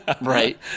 Right